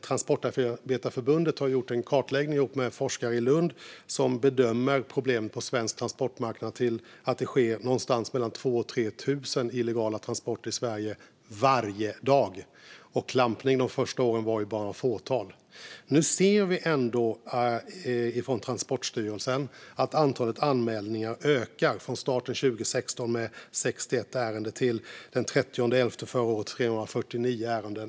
Transportarbetareförbundet har tillsammans med forskare i Lund gjort en kartläggning som bedömer att problemet på svensk transportmarknad är sådant att det sker någonstans mellan 2 000 och 3 000 illegala transporter i Sverige varje dag. Klampning skedde bara i ett fåtal fall under de första åren. Nu ser ändå Transportstyrelsen att antalet anmälningar ökar - från 61 ärenden vid starten år 2016 till 349 ärenden den 30 november förra året.